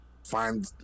find